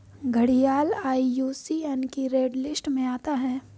घड़ियाल आई.यू.सी.एन की red list में आता है